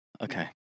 Okay